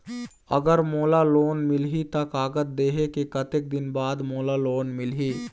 अगर मोला लोन मिलही त कागज देहे के कतेक दिन बाद मोला लोन मिलही?